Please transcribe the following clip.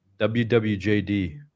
WWJD